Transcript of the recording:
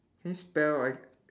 can you spell like